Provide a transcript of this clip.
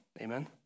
Amen